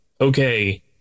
okay